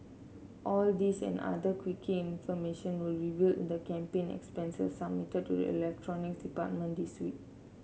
all these and other quirky information were revealed in the campaign expenses submitted to the electronic department this week